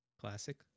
classic